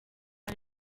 sus